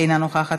אינה נוכחת,